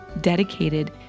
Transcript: dedicated